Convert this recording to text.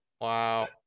Wow